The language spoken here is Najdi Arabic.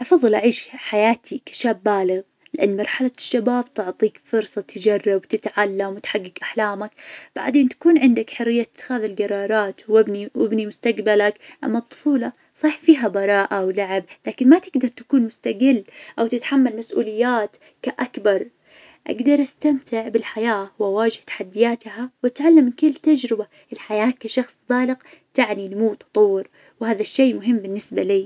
أفظل أعيش حياتي كشاب بالغ لأن مرحلة الشباب تعطيك فرصة تجرب وتتعلم وتحقق أحلامك، بعدين تكون عندك حرية إتخاذ القرارات وإبني- وإبني مستقبلك. أما الطفولة صحيح فيها براءة ولعب لكن ما تقدر تكون مستقل، أو تتحمل مسؤوليات. كأكبر أقدر استمتع بالحياة وأواجه تحدياتها وأتعلم من كل تجربة. الحياة كشخص بالغ تعني النمو والتطور وهذ الشي مهم بالنبسة لي.